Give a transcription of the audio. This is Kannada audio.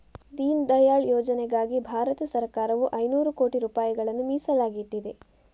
ದೀನ್ ದಯಾಳ್ ಯೋಜನೆಗಾಗಿ ಭಾರತ ಸರಕಾರವು ಐನೂರು ಕೋಟಿ ರೂಪಾಯಿಗಳನ್ನ ಮೀಸಲಾಗಿ ಇಟ್ಟಿದೆ